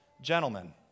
Gentlemen